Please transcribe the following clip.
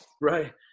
right